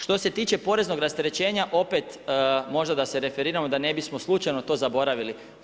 Što se tiče poreznog rasterećenja opet možda da se referiramo da ne bismo slučajno to zaboravili.